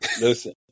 listen